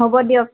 হ'ব দিয়ক